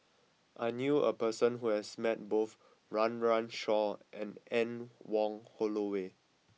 I knew a person who has met both Run Run Shaw and Anne Wong Holloway